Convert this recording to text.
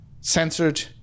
censored